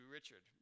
Richard